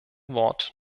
wort